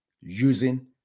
using